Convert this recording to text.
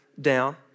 down